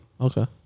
Okay